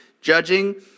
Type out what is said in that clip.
judging